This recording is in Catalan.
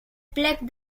plec